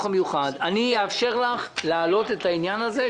המיוחד ואני אאפשר לך להעלות את העניין הזה,